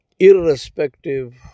irrespective